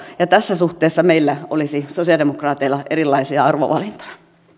ja tässä suhteessa meillä sosialidemokraateilla olisi erilaisia arvovalintoja